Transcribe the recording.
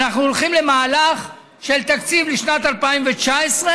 אנחנו הולכים למהלך של תקציב לשנת 2019,